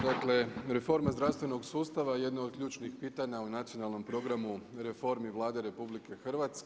Dakle, reforma zdravstvenog sustava jedna je od ključnih pitanja u Nacionalnom programu reformi Vlade RH.